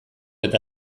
eta